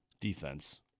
defense